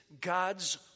God's